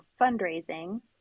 fundraising